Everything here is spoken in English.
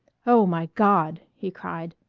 oh, my god! he cried,